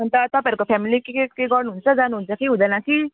अन्त तपाईँहरूको फ्यामिली के के के गर्नु हुन्छ जानु हुन्छ कि हुँदैन कि